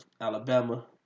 Alabama